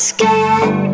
Scared